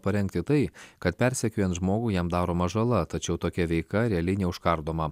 parengti tai kad persekiojant žmogų jam daroma žala tačiau tokia veika realiai neužkardoma